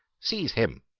seize him.